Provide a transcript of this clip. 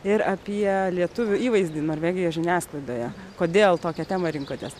ir apie lietuvių įvaizdį norvegijos žiniasklaidoje kodėl tokią temą rinkotės